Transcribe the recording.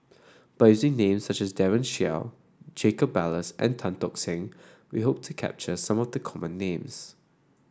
by using names such as Daren Shiau Jacob Ballas and Tan Tock Seng we hope to capture some of the common names